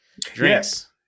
drinks